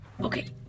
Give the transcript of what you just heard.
okay